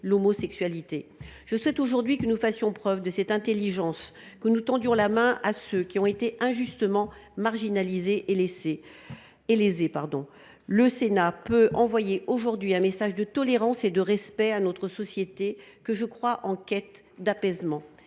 Je souhaite aujourd’hui que nous fassions preuve de cette intelligence, que nous tendions la main à ceux qui ont été injustement marginalisés et lésés. Aujourd’hui, le Sénat peut envoyer un message de tolérance et de respect à notre société, que je crois en quête d’apaisement.